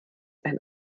ein